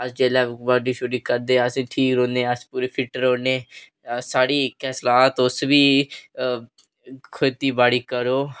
अस जेल्लै गोड्डी शोडी करदे ठीक रौह्न्नें अस पूरे फिट रौह्न्नें साढ़ी इक्कै सलाह् तुस बी खेती बाड़ी करो